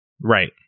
Right